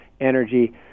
energy